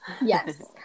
Yes